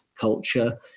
culture